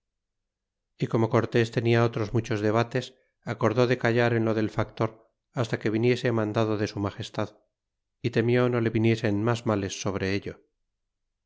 y como cortes tenia otros muchos debates acordó de callar en lo del factor basta que viniese mandado de su magestad y temió no le viniesen mas males sobre ello